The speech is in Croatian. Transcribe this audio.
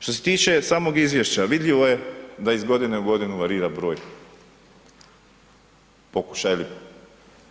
Što se tiče samog izvješća, vidljivo je da iz godine u godinu varira broj pokušaja ili